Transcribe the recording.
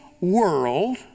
world